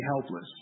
helpless